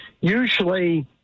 usually